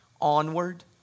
onward